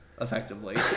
effectively